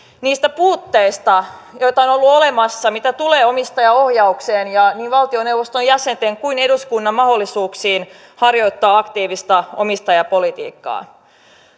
niistä puutteista joita on on ollut olemassa mitä tulee omistajaohjaukseen ja niin valtioneuvoston jäsenten kuin eduskunnan mahdollisuuksiin harjoittaa aktiivista omistajapolitiikkaa